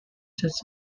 sets